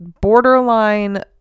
borderline